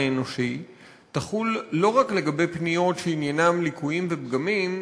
אנושי תחול לא רק לגבי פניות שעניינן ליקויים ופגמים,